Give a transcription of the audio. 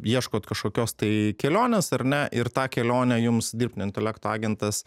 ieškot kažkokios tai kelionės ar ne ir tą kelionę jums dirbtinio intelekto agentas